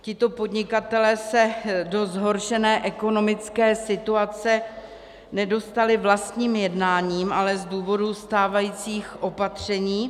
Tito podnikatelé se do zhoršené ekonomické situace nedostali vlastním jednáním, ale z důvodu stávajících opatření.